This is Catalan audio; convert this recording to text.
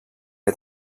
que